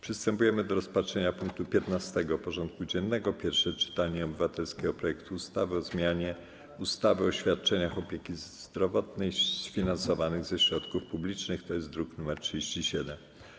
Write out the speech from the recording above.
Przystępujemy do rozpatrzenia punktu 15. porządku dziennego: Pierwsze czytanie obywatelskiego projektu ustawy o zmianie ustawy o świadczeniach opieki zdrowotnej finansowanych ze środków publicznych (druk nr 37)